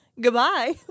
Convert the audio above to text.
goodbye